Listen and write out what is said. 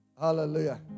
Hallelujah